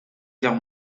guerre